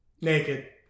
naked